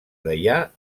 deià